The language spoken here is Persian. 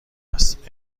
است